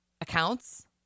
accounts